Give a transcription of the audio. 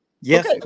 yes